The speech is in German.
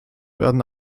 werden